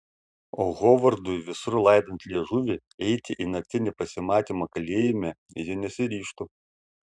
o hovardui visur laidant liežuvį eiti į naktinį pasimatymą kalėjime ji nesiryžtų